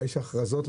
יש הכרזות,